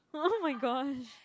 oh my gosh